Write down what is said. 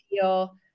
feel